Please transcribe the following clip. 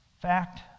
fact